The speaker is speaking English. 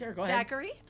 Zachary